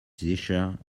sicher